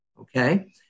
okay